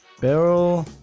Barrel